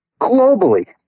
globally